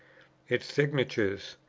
its signatures,